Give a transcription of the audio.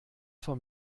vom